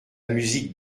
musique